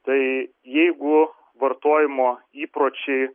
tai jeigu vartojimo įpročiai